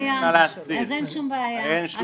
אז אין שום בעיה.